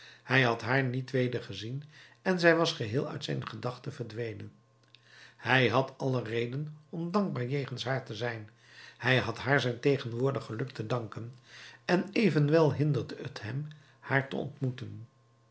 hij had haar niet weder gezien en zij was geheel uit zijn gedachte verdwenen hij had alle reden om dankbaar jegens haar te zijn hij had haar zijn tegenwoordig geluk te danken en evenwel hinderde t hem haar te ontmoeten